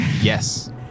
Yes